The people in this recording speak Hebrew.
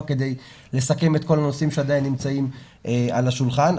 כדי לסכם את כל הנושאים שעדיין נמצאים על השולחן.